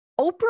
Oprah